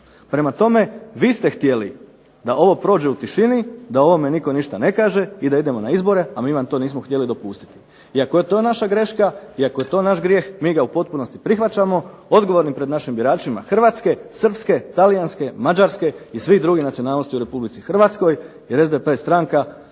Prema tome, vi ste htjeli da ovo prođe u tišini, da o ovome nitko ništa ne kaže i da idemo na izbore, a mi vam to nismo htjeli dopustiti. I ako je to naša greška i ako je to naš grijeh mi ga u potpunosti prihvaćamo, odgovorni pred našim biračima Hrvatske, Srpske, TAlijanske, Mađarske i svih drugih nacionalnosti u RH, jer SDP stranka